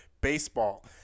baseball